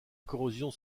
corrosion